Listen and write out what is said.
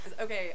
okay